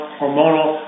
hormonal